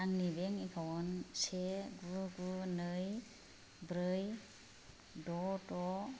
आंनि bank account से गु गु नै ब्रै द' द'